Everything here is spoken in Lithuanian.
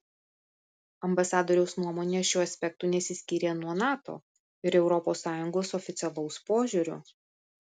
ambasadoriaus nuomonė šiuo aspektu nesiskyrė nuo nato ir europos sąjungos oficialaus požiūrio